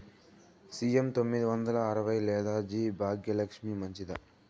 CM తొమ్మిది వందల అరవై లేదా జి భాగ్యలక్ష్మి మంచిదా?